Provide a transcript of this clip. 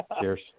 Cheers